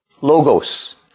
Logos